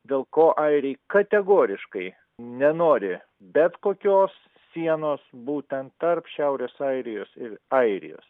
dėl ko airiai kategoriškai nenori bet kokios sienos būtent tarp šiaurės airijos ir airijos